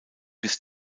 bis